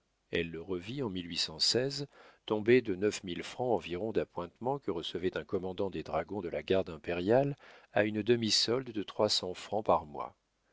elle le revit en tombée de neuf mille francs environ d'appointements que recevait un commandant des dragons de la garde impériale à une demi-solde de trois cents francs par mois